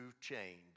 change